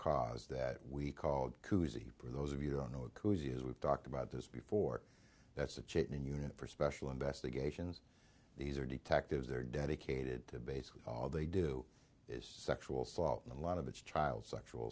cause that we called cousy for those of you don't know a cousy as we've talked about this before that's the chitlin unit for special investigations these are detectives they're dedicated to basically all they do is sexual assault and a lot of it's child sexual